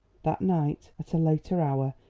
that night, at a later hour,